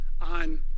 on